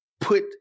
put